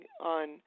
on